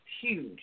huge